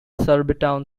surbiton